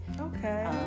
Okay